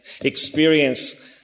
experience